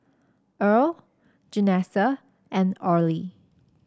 Irl Janessa and Orley